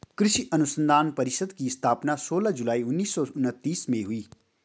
कृषि अनुसंधान परिषद की स्थापना सोलह जुलाई उन्नीस सौ उनत्तीस में हुई